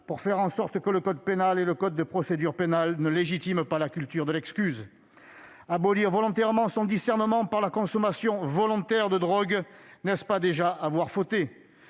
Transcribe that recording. pour faire en sorte que le code pénal et le code de procédure pénale ne légitiment pas la culture de l'excuse. Abolir volontairement son discernement par la consommation volontaire de drogues, n'est-ce pas déjà avoir fauté ?